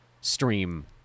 stream